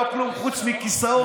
לא כלום חוץ מכיסאות,